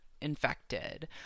infected